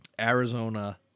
Arizona